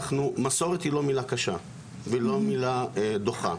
מסורת היא לא מילה קשה ולא מילה דוחה.